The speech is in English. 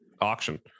auction